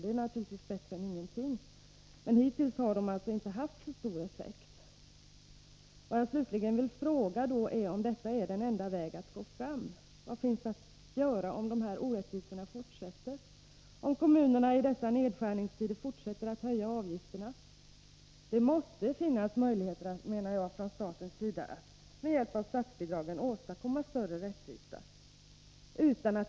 Det är naturligtvis bättre än ingenting. Men hittills har rekommendationerna tydligen inte haft så stor effekt. Jag vill slutligen fråga om detta är den enda framkomliga vägen? Vad finns att göra om dessa orättvisor fortsätter, om kommunerna i dessa nedskärningstider fortsätter att höja avgifterna? Det måste enligt min mening finnas möjligheter att åstadkomma större rättvisa med hjälp av statsbidrag.